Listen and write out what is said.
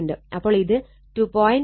അപ്പോൾ ഇത് |2